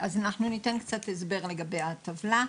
אנחנו ניתן הסבר לגבי הטבלה.